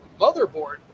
motherboard